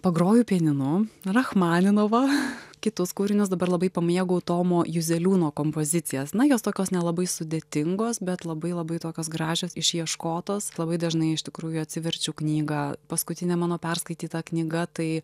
pagroju pianinu rachmaninovą kitus kūrinius dabar labai pamėgau tomo juzeliūno kompozicijas na jos tokios nelabai sudėtingos bet labai labai tokios gražios išieškotos labai dažnai iš tikrųjų atsiverčiu knygą paskutinė mano perskaityta knyga tai